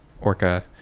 orca